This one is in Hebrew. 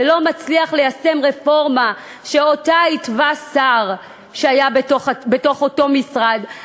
ולא מצליח ליישם רפורמה שהתווה שר שהיה באותו משרד,